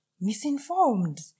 misinformed